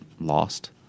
lost